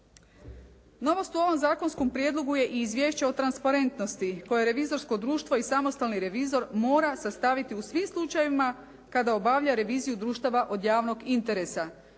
Novost u ovom zakonskom prijedlogu je i izvješće o transparentnosti koje revizorsko društvo i samostalni revizor mora sastaviti u svim slučajevima kada obavlja reviziju društava od javnog interesa